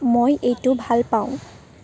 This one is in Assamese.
মই এইটো ভাল পাওঁ